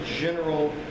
general